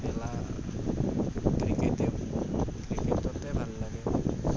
খেলা ক্ৰিকেটে ক্ৰিকেটতে ভাল লাগে